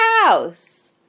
house